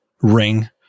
ring